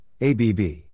ABB